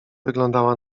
wyglądała